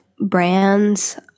brands